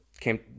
came